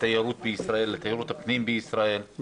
לתיירות הפנים בישראל,